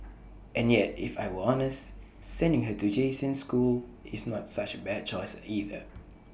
and yet if I were honest sending her to Jason's school is not such bad choice either